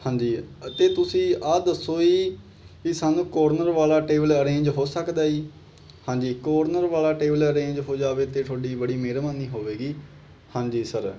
ਹਾਂਜੀ ਅਤੇ ਤੁਸੀਂ ਆਹ ਦੱਸੋ ਜੀ ਜੀ ਸਾਨੂੰ ਕੋਰਨਰ ਵਾਲਾ ਟੇਬਲ ਅਰੇਂਜ ਹੋ ਸਕਦਾ ਜੀ ਹਾਂਜੀ ਕੋਰਨਰ ਵਾਲਾ ਟੇਬਲ ਅਰੇਂਜ ਹੋ ਜਾਵੇ ਤਾਂ ਤੁਹਾਡੀ ਬੜੀ ਮਿਹਰਬਾਨੀ ਹੋਵੇਗੀ ਹਾਂਜੀ ਸਰ